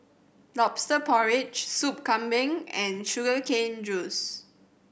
Lobster Porridge Soup Kambing and sugar cane juice